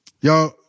Y'all